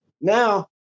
Now